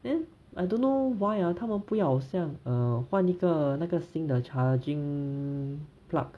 then I don't know why ah 他们不要好像 err 换一个那个新的 charging plug